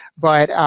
but, um,